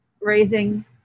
raising